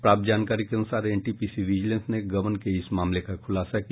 प्राप्त जानकारी के अनुसार एनटीपीसी विजिलेंस ने गबन के इस मामले का खुलासा किया